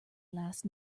last